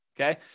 Okay